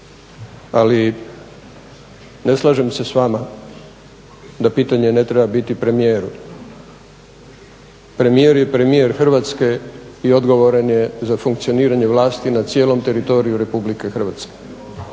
Ali ne slažem se s vama da pitanje ne treba biti premijeru. Premijer je premijer Hrvatske i odgovoran je za funkcioniranje vlasti na cijelom teritoriju Republike Hrvatske,